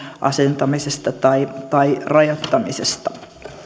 asentamisesta tai tai rakentamisesta